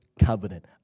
covenant